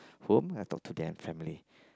home and talk to them family